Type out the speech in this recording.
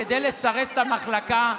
כדי לסרס את המחלקה,